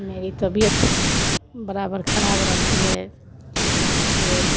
मेरी तबियत बराबर ख़राब रहती है इसलिए